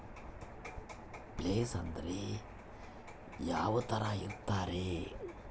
Place ಅಂದ್ರೆ ಯಾವ್ತರ ಇರ್ತಾರೆ?